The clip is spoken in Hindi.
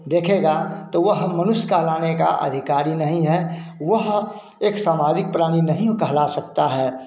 देखेगा तो वह मनुष्य कहलाने का अधिकारी नहीं है वह एक सामाजिक प्राणी नहीं कहला सकता है